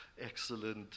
excellent